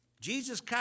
Jesus